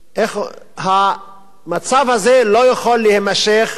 ב"פּיסְפוביה" המצב הזה לא יכול להימשך